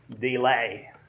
delay